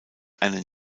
einen